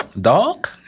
Dog